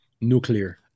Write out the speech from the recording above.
nuclear